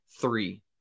three